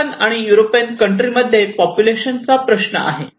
Japan and European country मध्ये population चा प्रश्न आहे